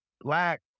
black